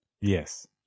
Yes